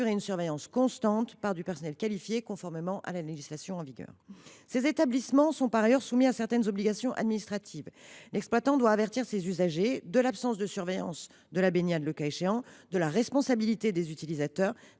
une surveillance constante par du personnel qualifié, conformément à la législation en vigueur. Ces établissements sont par ailleurs soumis à certaines obligations administratives : l’exploitant doit avertir ses usagers de l’éventuelle absence de surveillance de la baignade, de la responsabilité des utilisateurs,